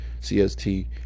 CST